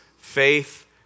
faith